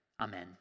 Amen